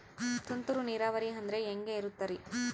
ತುಂತುರು ನೇರಾವರಿ ಅಂದ್ರೆ ಹೆಂಗೆ ಇರುತ್ತರಿ?